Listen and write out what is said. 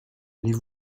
les